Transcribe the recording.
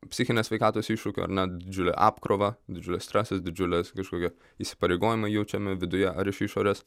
psichinės sveikatos iššūkių ar ne didžiulę apkrovą didžiulis stresas didžiules kažkokia įsipareigojimą jaučiame viduje ar iš išorės